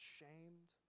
shamed